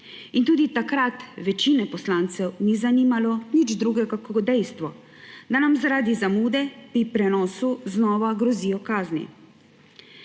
In tudi takrat večine poslancev ni zanimalo nič drugega kot dejstvo, da nam zaradi zamude pri prenosu znova grozijo kazni.